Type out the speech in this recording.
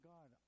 God